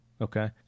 Okay